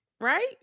Right